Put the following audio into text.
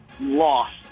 Lost